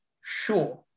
Sure